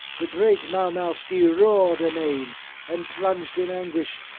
the great mowmowsky roared amain and plunged in anguish,